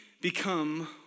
become